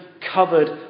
covered